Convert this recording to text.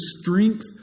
strength